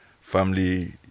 family